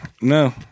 no